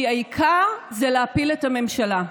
כי העיקר זה להפיל את הממשלה.